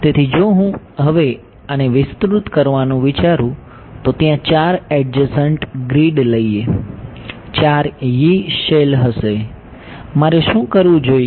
તેથી જો હું હવે આને વિસ્તૃત કરવાનું વિચારું તો ત્યાં ચાર એડજસંટ ગ્રીડ લઈએ ચાર Yee કોષો હશે મારે શું કરવું જોઈએ